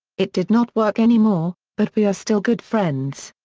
it did not work anymore, but we are still good friends.